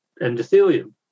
endothelium